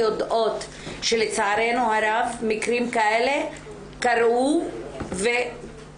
יודעות שלצערנו הרב מקרים כאלה קרו ומקווה